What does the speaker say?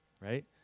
right